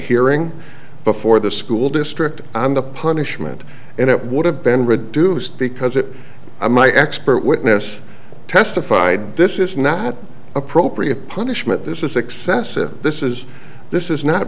hearing before the school district on the punishment and it would have been reduced because it my expert witness testified this is not appropriate punishment this is excessive this is this is not